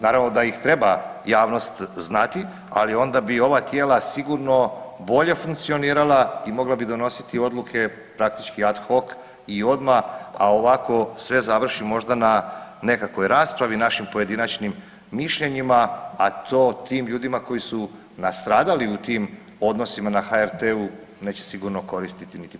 Naravno da ih treba javnost znati, ali onda bi ova tijela sigurno bolje funkcionirala i mogla bi donositi odluke praktički ad hock i odmah, a ovako sve završi možda na nekakvoj raspravi, našim pojedinačnim mišljenjima, a to tim ljudima koji su nastradali u tim odnosima na HRT-u neće sigurno koristiti niti pomoći.